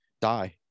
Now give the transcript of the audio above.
die